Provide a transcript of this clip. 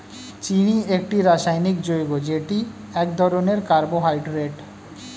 চিনি একটি রাসায়নিক যৌগ যেটি এক ধরনের কার্বোহাইড্রেট